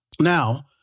Now